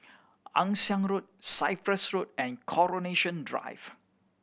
Ann Siang Road Cyprus Road and Coronation Drive